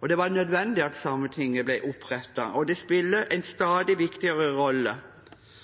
og det var nødvendig at Sametinget ble opprettet, og det spiller en stadig viktigere rolle.